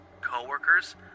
co-workers